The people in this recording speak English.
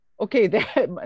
Okay